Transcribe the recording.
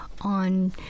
on